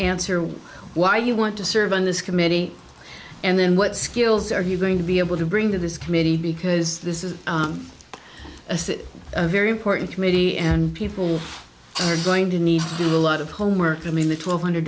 answer why you want to serve on this committee and then what skills are you going to be able to bring to this committee because this is a very important committee and people are going to need to do a lot of homework i mean the twelve hundred